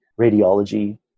radiology